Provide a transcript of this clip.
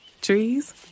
Trees